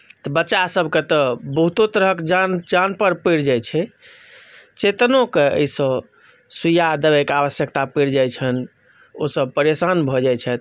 बच्चासभके तऽ बहुतो तरहक जान जानपर पड़ि जाइत छै चेतनोक एहिसँ सुइआ दवाइके आवश्यकता पड़ि जाइत छनि ओसभ परेशान भऽ जाइत छथि